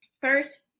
First